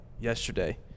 yesterday